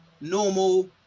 normal